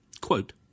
Quote